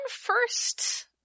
first